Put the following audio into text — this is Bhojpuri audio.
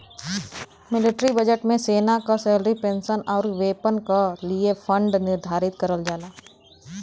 मिलिट्री बजट में सेना क सैलरी पेंशन आउर वेपन क लिए फण्ड निर्धारित करल जाला